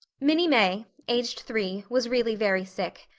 minnie may, aged three, was really very sick.